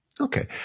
Okay